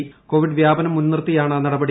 Covid വ്യാപനം മുൻനിർത്തിയാണ് നടപടി